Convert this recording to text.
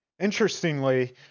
Interestingly